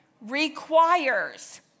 requires